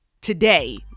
today